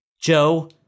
Joe